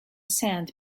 sand